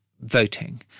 voting